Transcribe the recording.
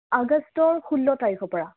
আগষ্টৰ ষোল্ল তাৰিখৰ পৰা